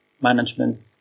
management